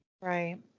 Right